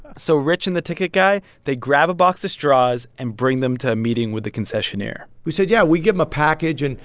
so rich and the ticket guy they grab a box of straws and bring them to a meeting with the concessionaire we said, yeah. we give them a package, and